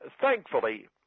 Thankfully